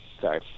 Sorry